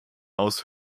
aus